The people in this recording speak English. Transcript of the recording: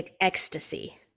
ecstasy